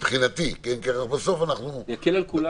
מבחינתי --- יקל על כולנו.